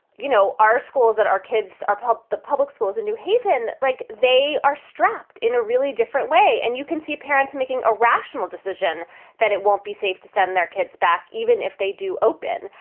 you know, our schools that our kids are the public schools in new haven, like they are strapped in a really different way. and you can see parents making a rational decision that it won't be safe to send their kids back even if they do open.